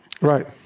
Right